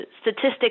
statistics